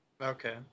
Okay